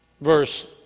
Verse